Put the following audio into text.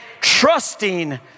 trusting